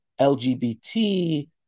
LGBT